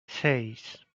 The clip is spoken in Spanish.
seis